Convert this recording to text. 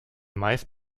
meist